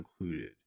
included